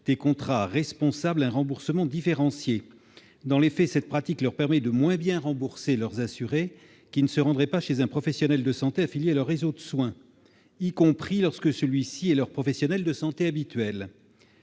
des contrats responsables, un remboursement différencié. Dans les faits, cette pratique leur permet de moins bien rembourser leurs assurés qui ne se rendraient pas chez un professionnel de santé affilié à leur réseau de soins, y compris lorsqu'il s'agit de leur professionnel de santé habituel.